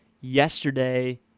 yesterday